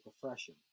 profession